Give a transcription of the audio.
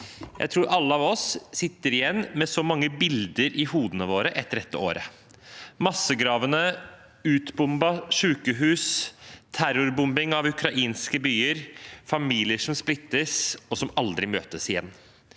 Jeg tror vi alle sitter igjen med mange bilder i hodet vårt etter dette året: massegraver, utbombede sykehus, terrorbombing av ukrainske byer, familier som splittes og som aldri møtes igjen.